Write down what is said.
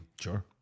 Sure